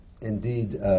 indeed